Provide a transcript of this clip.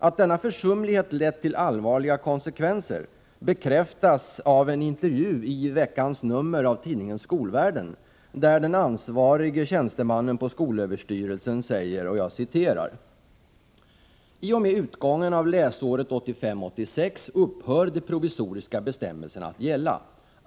Att denna försumlighet lett till allvarliga konsekvenser bekräftas av en intervju i veckans nummer av tidningen Skolvärlden, där den ansvarige tjänstemannen på skolöverstyrelsen säger: ”I och med utgången av läsåret 1985/86 upphör de provisoriska bestämmelserna att gälla.